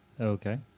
Okay